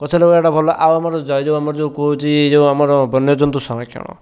ଗଛ ଲଗେଇବାଟା ଭଲ ଆଉ ଆମର ଜୟ ଜଗନ୍ନାଥ ଯେଉଁ ଆମର ଯେଉଁ କହୁଛି ଯେଉଁ ଆମର ବନ୍ୟଜନ୍ତୁ ସଂରକ୍ଷଣ